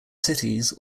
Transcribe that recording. cities